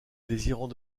désirant